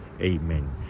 amen